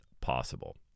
possible